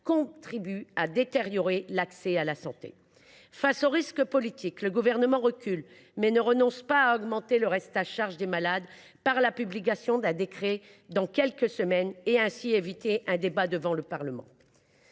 contribuerait à détériorer l’accès à la santé. Face au risque politique, le Gouvernement recule, mais il ne renonce pas à augmenter le reste à charge des malades par la publication d’un décret dans quelques semaines, ce qui lui évite un débat devant le Parlement…